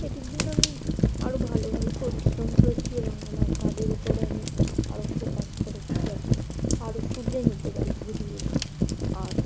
এটির জন্য আমি আরও ভালোভাবে পরিশ্রম করেছি এবং আমার কাজের উপরে আমি আরও ফোকাস করেছি যাতে আরও সুধরে নিতে পারি ভুলগুলো আর